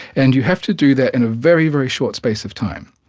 and you have to do that in a very, very short space of time.